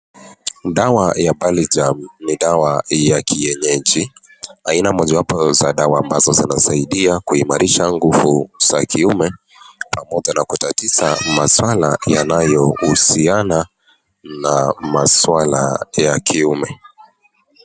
Dawa ya palecha ni dawa ya kienyeji, aina ya dawa iwezapo kumimarisha nguvu za kiume, pamoja na kutatiza maswala ambayo huhusiana na maswala ya kiume.